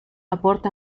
aporta